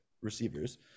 receivers